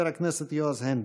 חבר הכנסת יועז הנדל.